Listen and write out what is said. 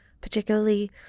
particularly